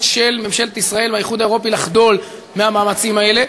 של ממשלת ישראל מהאיחוד האירופי לחדול מהמאמצים האלה,